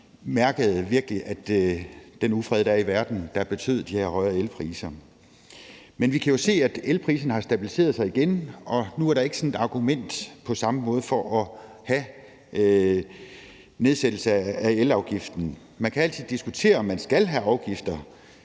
mærkede den ufred, der er i verden, og som betød de her højere elpriser. Men vi kan jo se, at elpriserne har stabiliseret sig igen, og nu er der ikke på samme måde sådan et argument for at have en nedsættelse af elafgiften. Man kan altid diskutere, om man skal have afgifter